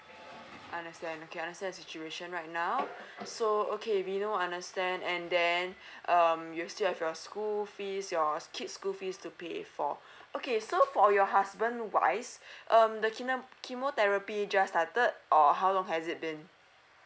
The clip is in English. understand okay understand the situation right now so okay vino understand and then um you still have your school fees your kids school fees to pay for okay so for your husband wise um the chemo~ chemotherapy just started or how long has it been